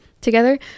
together